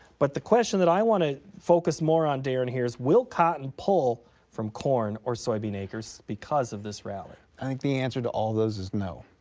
but the question that i want to focus more on, darin, here is will cotton pull from corn or soybean acres because of this rally? newsom i think the answer to all those is no.